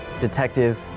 Detective